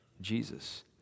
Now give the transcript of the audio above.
Jesus